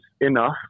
enough